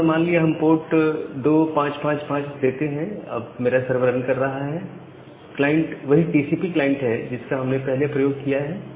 इस समय मान लिया हम पोर्ट 2555 देते हैं अब मेरा सर्वर रन कर रहा है क्लाइंट वही टीसीपी क्लाइंट है जिसका हमने पहले प्रयोग किया है